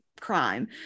crime